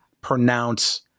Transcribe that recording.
pronounce